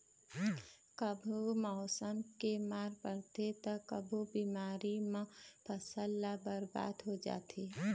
कभू मउसम के मार परथे त कभू बेमारी म फसल ह बरबाद हो जाथे